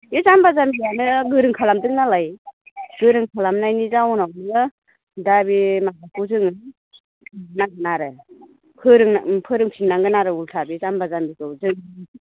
बे जाम्बा जाम्बियानो गोरों खालामदों नालाय गोरों खालामनानि जाउनावनो दा बे माबाखौ जोङो बुजिनांगोन आरो फोरोंनां फोरोंफिननांगोन आरो उल्था बे जाम्बा जाम्बिखौ जों